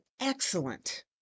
excellent